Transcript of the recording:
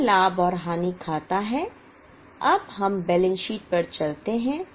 यह लाभ और हानि खाता है अब हम बैलेंस शीट पर चलते हैं